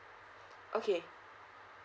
okay